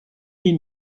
les